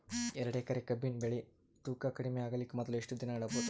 ಎರಡೇಕರಿ ಕಬ್ಬಿನ್ ಬೆಳಿ ತೂಕ ಕಡಿಮೆ ಆಗಲಿಕ ಮೊದಲು ಎಷ್ಟ ದಿನ ಇಡಬಹುದು?